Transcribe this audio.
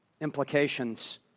implications